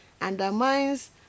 undermines